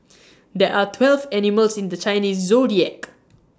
there are twelve animals in the Chinese Zodiac